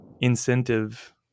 incentive